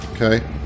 Okay